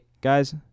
guys